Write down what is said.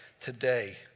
today